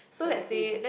exactly